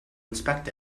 inspect